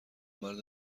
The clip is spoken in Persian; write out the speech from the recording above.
مرد